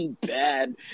bad